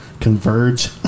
converge